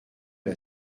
l’a